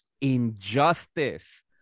injustice